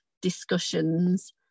discussions